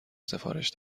سفارش